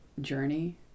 journey